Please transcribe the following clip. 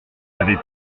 avait